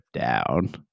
Down